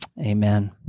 amen